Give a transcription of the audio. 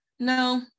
No